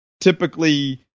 typically